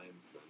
times